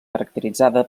caracteritzada